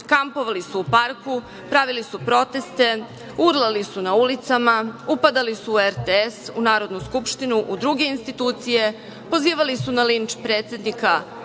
kampovali su u parku, pravili su proteste, urlali su na ulicama, upadali su u RTS, u Narodnu skupštinu, u druge institucije, pozivali na linč predsednika